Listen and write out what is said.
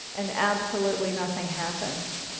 and absolutely nothing happens.